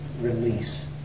release